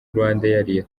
rwandair